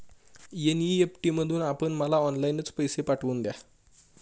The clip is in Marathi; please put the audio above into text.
एन.ई.एफ.टी मधून आपण मला ऑनलाईनच पैसे पाठवून द्या